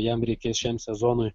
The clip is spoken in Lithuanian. jam reikės šiam sezonui